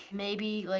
maybe, like